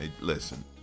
listen